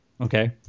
Okay